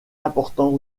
important